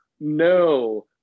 no